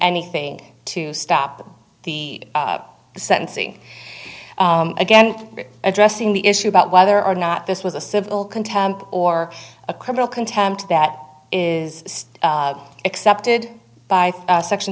anything to stop them the sentencing again addressing the issue about whether or not this was a civil contempt or a criminal contempt that is still accepted by section